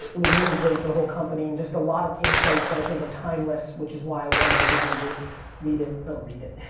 it was really great for the whole company, and just a lot of insights that i think are timeless, which is why i wanted everybody to read it, or read it?